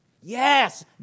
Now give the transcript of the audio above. Yes